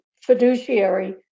fiduciary